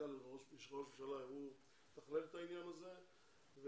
מנכ"ל ראש הממשלה מתכלל את העניין הזה ויהיו